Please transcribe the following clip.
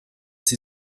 sie